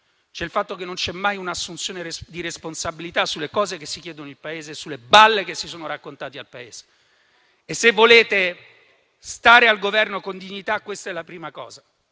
ma il fatto che non c'è mai un'assunzione di responsabilità sulle cose che si chiedono al Paese, sulle balle che si sono raccontate al Paese. E se volete stare al Governo con dignità, questa è la prima cosa.